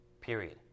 Period